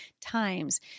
times